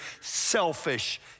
selfish